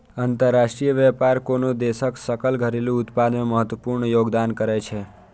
अंतरराष्ट्रीय व्यापार कोनो देशक सकल घरेलू उत्पाद मे महत्वपूर्ण योगदान करै छै